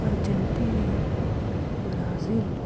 Argentina Brazil